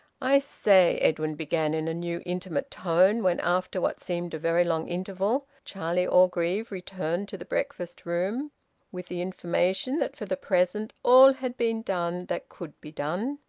i say, edwin began, in a new intimate tone, when after what seemed a very long interval charlie orgreave returned to the breakfast-room with the information that for the present all had been done that could be done.